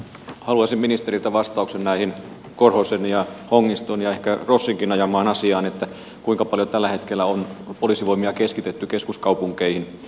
haluaisin ministeriltä vastauksen tähän korhosen ja hongiston ja ehkä rossinkin ajamaan asiaan kuinka paljon tällä hetkellä on poliisivoimia keskitetty keskuskaupunkeihin